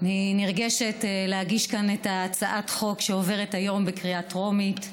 אני נרגשת להגיש כאן את הצעת החוק שעוברת היום בקריאה טרומית.